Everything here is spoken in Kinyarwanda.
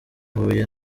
huye